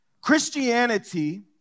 Christianity